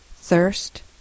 thirst